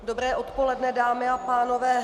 Dobré odpoledne, dámy a pánové.